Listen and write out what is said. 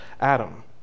adam